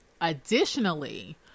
Additionally